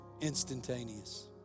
instantaneous